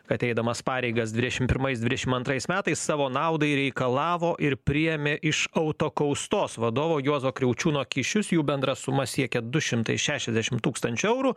kad eidamas pareigas dvidešim pirmais dvidešim antrais metais savo naudai reikalavo ir priėmė iš autokaustos vadovo juozo kriaučiūno kyšius jų bendra suma siekia du šimtai šešiasdešim tūkstančių eurų